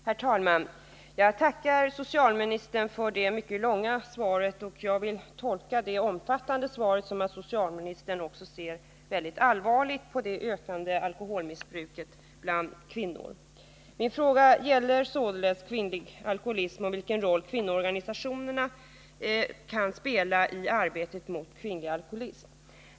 Herr talman! Jag tackar socialministern för det mycket omfattande svaret. Jag tolkar det så, att socialministern också ser allvarligt på det ökande alkoholmissbruket bland kvinnor. Min fråga gällde således kvinnlig alkoholism och vilken roll socialministern anser att kvinnoorganisationerna kan spela i arbetet mot kvinnlig alkoholism.